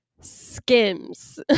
Skims